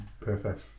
perfect